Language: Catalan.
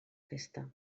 festa